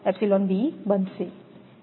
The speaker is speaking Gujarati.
5 છે